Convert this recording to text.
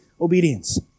obedience